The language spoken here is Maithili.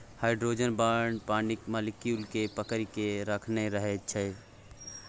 हाइड्रोजन बांड पानिक मालिक्युल केँ पकरि केँ राखने रहै छै